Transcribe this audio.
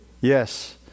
Yes